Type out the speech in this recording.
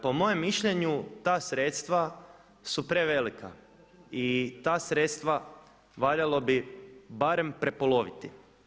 Po mojem mišljenju ta sredstva su prevelika i ta sredstva valjalo bi barem prepoloviti.